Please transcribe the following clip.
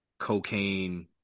cocaine